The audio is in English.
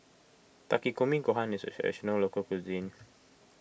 Takikomi Gohan is a Traditional Local Cuisine